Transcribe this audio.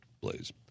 Blaze